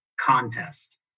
contest